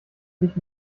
sich